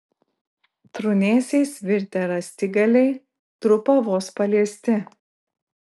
trūnėsiais virtę rąstigaliai trupa vos paliesti